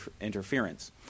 interference